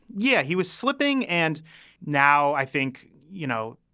yeah, he was slipping. and now i think, you know,